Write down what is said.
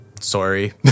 Sorry